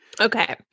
Okay